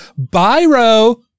Byro